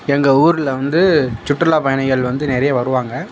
எங்கள் ஊரில் வந்து சுற்றுலா பயணிகள் வந்து நிறைய வருவாங்க